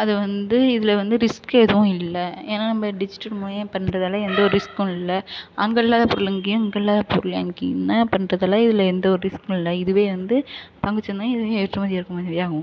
அது வந்து இதில் வந்து ரிஸ்க் எதுவும் இல்லை ஏன்னால் நம்ப டிஜிட்டல் முறையாக பண்றதால் எந்த ஒரு ரிஸ்க்கும் இல்லை அங்கே இல்லாத பொருள் இங்கேயும் இங்கே இல்லாத பொருள் அங்கேயுமா பண்றதால் இதில் எந்த ஒரு ரிஸ்க்கும் இல்லை இதுவே வந்து பங்குச்சந்தை இதுவே ஏற்றுமதி இறக்குமதியாகும்